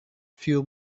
few